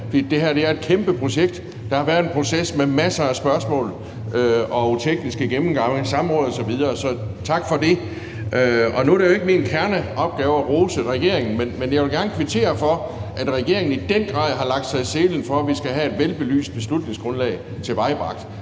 det her er et kæmpeprojekt. Der har været en proces med masser af spørgsmål, tekniske gennemgange, samråd osv., så tak for det. Nu er det jo ikke min kerneopgave at rose regeringen, men jeg vil gerne kvittere for, at regeringen i den grad har lagt sig i selen for, at vi skal have et velbelyst beslutningsgrundlag tilvejebragt,